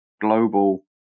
global